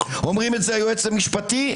אומרים את זה היועץ המשפטי,